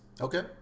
Okay